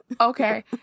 Okay